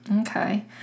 Okay